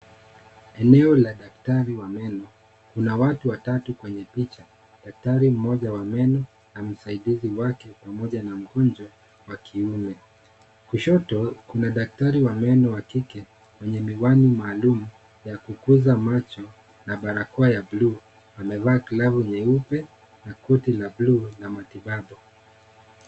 Eneo la daktari wa meno, kuna watu watatu kwenye picha. Daktari mmoja wa meno na msaidizi wake pamoja na mgonjwa wa kiume. Kushoto kuna daktari wa meno wa kike, mwenye miwani maalum ya kukuza macho na barakoa ya buluu .Amevaa glavu nyeupe na koti la buluu na matibabu.